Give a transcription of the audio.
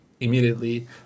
immediately